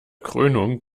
krönung